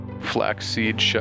flaxseed